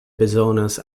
bezonas